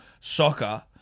soccer